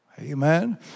Amen